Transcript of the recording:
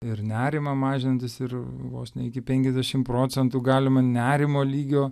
ir nerimą mažinantys ir vos ne iki penkiasdešim procentų galima nerimo lygio